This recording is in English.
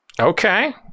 okay